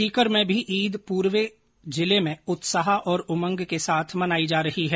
सीकर में भी ईद पर्व पूरे जिले में उत्साह और उमंग के साथ मनाया जा रहा है